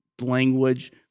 Language